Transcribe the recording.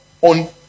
on